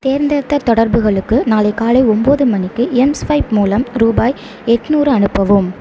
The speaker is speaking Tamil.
தேர்ந்தெடுத்த தொடர்புகளுக்கு நாளை காலை ஒம்போது மணிக்கு எம்ஸ்வைப் மூலம் ரூபாய் எண்ணூறு அனுப்பவும்